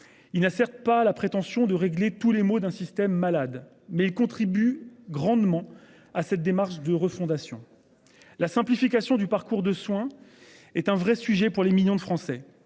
Il n'a certes pas la prétention de régler tous les maux d'un système malade mais il contribue grandement à cette démarche de refondation. La simplification du parcours de soin est un vrai sujet pour les millions de Français.